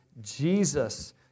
Jesus